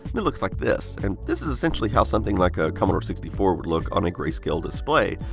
it looks like this. and this is essentially how something like a commodore sixty four would look on a grayscale display.